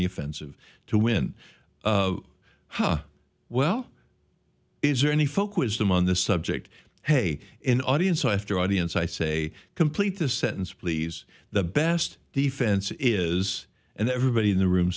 the offensive to win how well is there any folk wisdom on the subject hey an audience so after audience i say complete the sentence please the best defense is and everybody in the room